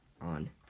on